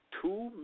two